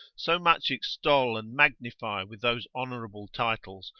so much extol and magnify with those honourable titles,